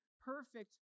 perfect